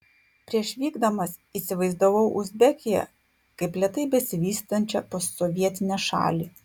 prieš vykdamas įsivaizdavau uzbekiją kaip lėtai besivystančią postsovietinę šalį